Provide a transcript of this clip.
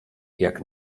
jak